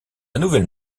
nouvelle